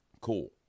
cool